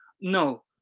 No